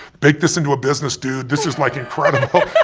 bake this into a business, dude. this is, like, incredible. but